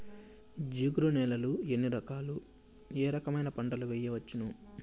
జిగురు నేలలు ఎన్ని రకాలు ఏ రకమైన పంటలు వేయవచ్చును?